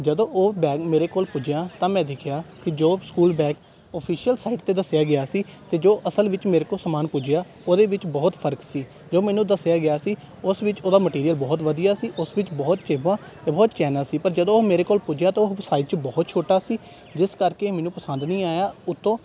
ਜਦੋਂ ਉਹ ਬੈਗ ਮੇਰੇ ਕੋਲ ਪੁੱਜਿਆ ਤਾਂ ਮੈਂ ਦੇਖਿਆ ਕਿ ਜੋ ਸਕੂਲ ਬੈਗ ਔਫਿਸ਼ੀਅਲ ਸਾਇਟ 'ਤੇ ਦੱਸਿਆ ਗਿਆ ਸੀ ਅਤੇ ਜੋ ਅਸਲ ਵਿੱਚ ਮੇਰੇ ਕੋਲ ਸਮਾਨ ਪੁੱਜਿਆ ਉਹਦੇ ਵਿੱਚ ਬਹੁਤ ਫਰਕ ਸੀ ਜੋ ਮੈਨੂੰ ਦੱਸਿਆ ਗਿਆ ਸੀ ਉਸ ਵਿੱਚ ਉਹਦਾ ਮਟੀਰੀਅਲ ਬਹੁਤ ਵਧੀਆ ਸੀ ਉਸ ਵਿੱਚ ਬਹੁਤ ਜੇਬਾਂ ਅਤੇ ਬਹੁਤ ਚੈਨਾਂ ਸੀ ਪਰ ਜਦੋਂ ਉਹ ਮੇਰੇ ਕੋਲ ਪੁੱਜਿਆ ਤਾਂ ਉਹ ਸਾਈਜ਼ 'ਚ ਬਹੁਤ ਛੋਟਾ ਸੀ ਜਿਸ ਕਰਕੇ ਮੈਨੂੰ ਪਸੰਦ ਨਹੀਂ ਆਇਆ ਉੱਤੋਂ